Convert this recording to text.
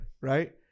right